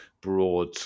broad